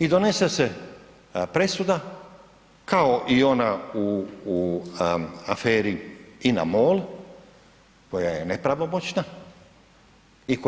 I donese se presuda kao i ona u aferi INA-MOL koja je nepravomoćna u